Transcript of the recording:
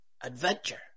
adventure